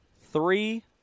three